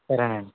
సరేనండి